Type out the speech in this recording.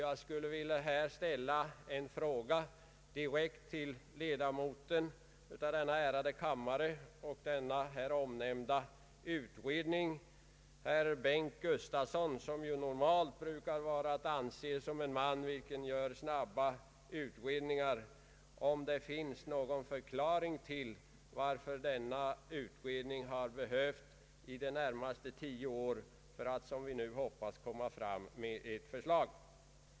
Jag skulle här vilja ställa en fråga direkt till ledamoten av denna kammare och här omnämnda utredning, herr Bengt Gustavsson, som ju normalt har ord om sig att göra snabba utredningar, om det finns någon förklaring till varför denna utredning behövt i det närmaste tio år för att, som vi nu hoppas, komma fram med ett förslag.